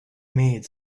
made